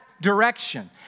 direction